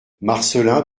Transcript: marcelin